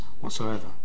whatsoever